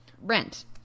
rent